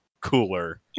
cooler